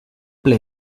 ple